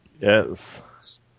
Yes